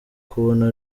kubona